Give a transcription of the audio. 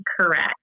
correct